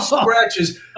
scratches